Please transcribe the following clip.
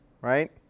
right